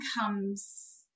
comes